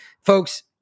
folks